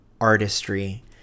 artistry